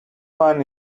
one